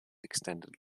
extended